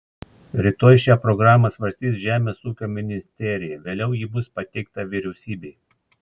rytoj šią programą svarstys žemės ūkio ministerija vėliau ji bus pateikta vyriausybei